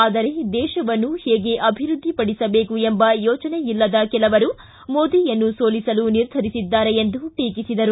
ಆದರೆ ದೇಶವನ್ನು ಹೇಗೆ ಅಭಿವೃದ್ದಿಪಡಿಸಬೇಕು ಎಂಬ ಯೋಚನೆ ಇಲ್ಲದ ಕೆಲವರು ಮೋದಿಯನ್ನು ಸೋಲಿಸಲು ನಿರ್ಧರಿಸಿದ್ದಾರೆ ಎಂದು ಟೀಕಿಸಿದರು